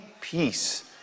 peace